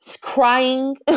crying